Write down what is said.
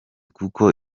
kuko